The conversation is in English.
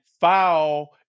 foul